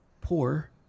poor